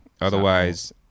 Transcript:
Otherwise